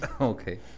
okay